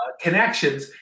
connections